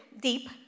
deep